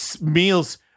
meals